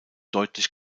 deutlich